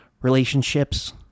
Relationships